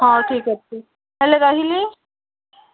ହଉ ଠିକ୍ ଅଛି ତା'ହେଲେ ରହିଲି